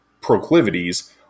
proclivities